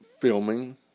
filming